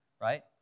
right